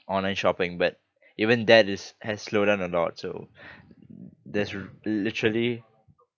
online shopping but even that is has slowed down a lot so there's r~ literally